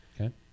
Okay